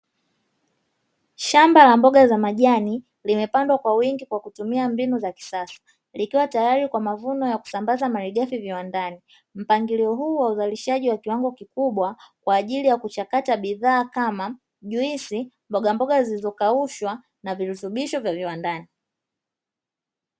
Shamba la mboga za majani limepandwa kwa wingi kwa kutumia mbinu za kisasa likiwa tayari kwa mavuno ya kusambaz amalighafi kwa viwandani, mpango huu wa kuzalisha kwa kiwango kikubwa kwa ajili ya kuchakata bidhaa kama juisi, mbogamboga zilizokaushwa na virutubisho vya viwandani.